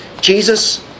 Jesus